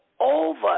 over